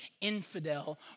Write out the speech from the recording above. infidel